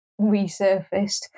resurfaced